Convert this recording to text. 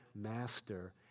master